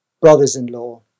Brothers-in-law